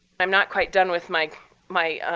i'm not quite done with my my